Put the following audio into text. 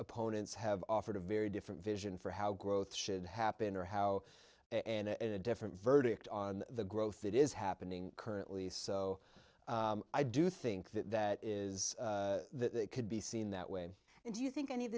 opponents have offered a very different vision for how growth should happen or how and a different verdict on the growth that is happening currently so i do think that that is that could be seen that way do you think any of